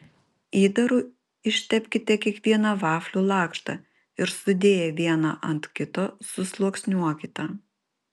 įdaru ištepkite kiekvieną vaflių lakštą ir sudėję vieną ant kito susluoksniuokite